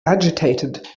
agitated